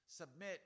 submit